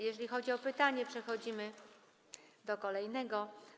Jeżeli chodzi o pytania, przechodzimy do kolejnego.